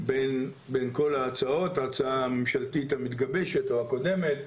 בין כל ההצעות, ההצעה הממשלתית המתגבשת או הקודמת,